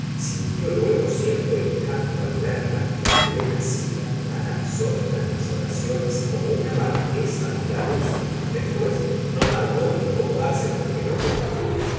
sintió luego cierto encanto al verla en plena cita tan absorda en las oraciones como una marquesa andaluza después no tardó en incomodarse porque no concluía